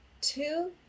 two